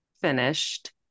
finished